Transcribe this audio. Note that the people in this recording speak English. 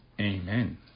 Amen